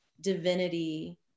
divinity